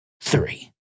three